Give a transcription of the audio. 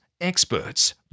experts